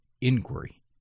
inquiry